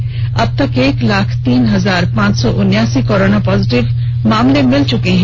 राज्य में अबतक एक लाख तीन हजार पांच सौ उन्यासी कोरोना पॉजिटिव मामले मिल चुके हैं